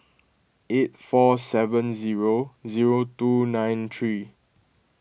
eight four seven zero zero two nine three